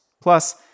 Plus